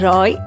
Roy